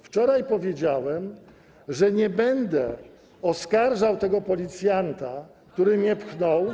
Wczoraj powiedziałem, że nie będę oskarżał tego policjanta, który mnie pchnął.